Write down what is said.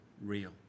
real